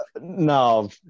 No